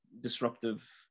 disruptive